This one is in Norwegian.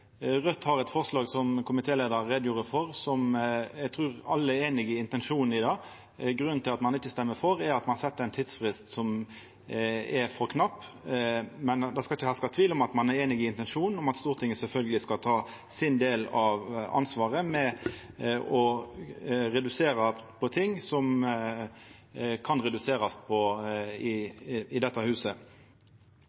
Raudt har eit forslag, som komitéleiaren gjorde greie for, som eg trur alle er einige i intensjonen i. Grunnen til at ein ikkje stemmer for, er at ein set ein tidsfrist som er for knapp, men det skal ikkje herska tvil om at ein er einig i intensjonen om at Stortinget sjølvsagt skal ta sin del av ansvaret med å redusera det som ein kan redusera i